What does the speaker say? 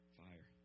fire